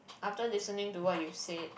after listening to what you said